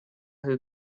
who